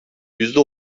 yüzde